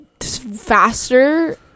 Faster